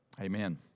Amen